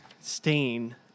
stain